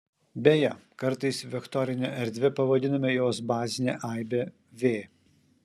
beje kartais vektorine erdve pavadiname jos bazinę aibę v